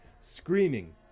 screaming